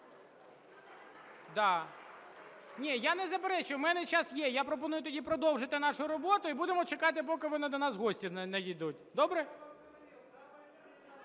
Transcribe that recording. Ні, я не заперечую, у мене час є. Я пропоную тоді продовжити нашу роботу, і будемо чекати, поки вони до нас в гості надійдуть, добре?